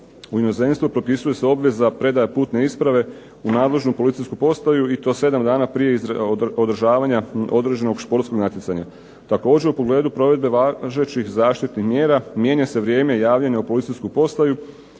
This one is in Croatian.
u inozemstvu propisuje se obveza predaje putne isprave u nadležnu policijsku postaju i to 7 dana prije održavanja određenog športskog natjecanja. Također u pogledu provedbe važećih zaštitnih mjera mijenja se vrijeme javljanja u policijsku postaju,